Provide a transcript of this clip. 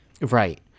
Right